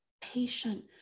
patient